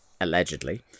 allegedly